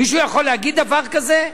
מישהו יכול להגיד דבר כזה?